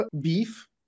beef